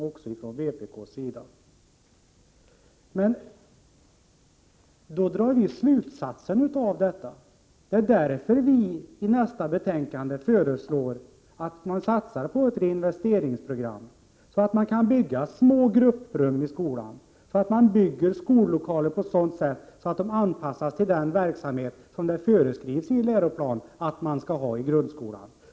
Men vi drar då konsekvenserna av detta, och det är därför som vi, i det betänkande som kommer att behandlas härnäst i kammaren, föreslår att man satsar på ett reinvesteringsprogram så att man kan bygga små grupprum i skolan och bygga skollokaler på ett sådant sätt att de anpassas till den verksamhet som det föreskrivs i läroplanen att man skall bedriva i grundskolan.